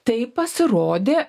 tai pasirodė